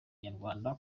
nyarwanda